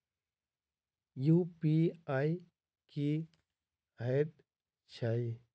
UPI की हएत छई?